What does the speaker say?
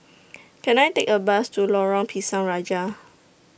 Can I Take A Bus to Lorong Pisang Raja